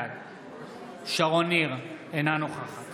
בעד שרון ניר, אינה נוכחת